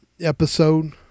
episode